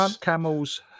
camels